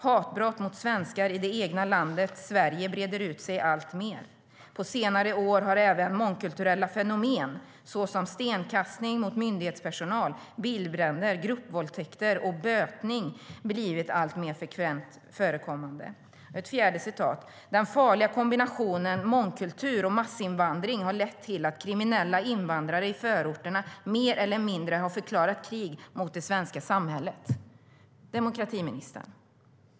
Hatbrott mot svenskar i det egna landet Sverige breder ut sig allt mer. På senare år har även mångkulturella fenomen så som stenkastning mot myndighetspersonal, bilbränder, gruppvåldtäkter och 'bötning' blivit allt mer frekvent förekommande. "Demokratiministern!